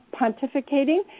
pontificating